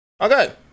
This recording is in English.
Okay